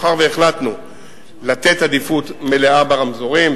מאחר שהחלטנו לתת עדיפות מלאה ברמזורים,